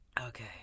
okay